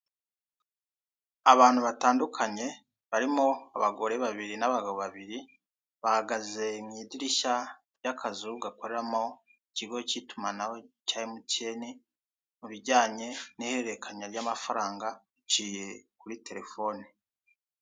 Abantu batandukanye barimo abagore babiri n'abagabo babiri, bahagaze mu idirishya ry'akazu gakoreramo ikigo cy'itumanaho cya emutiyeni, mu bijyanye n'ihererekanya ry'amafaranga biciye kuri telefone.